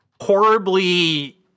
horribly